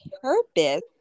purpose